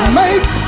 make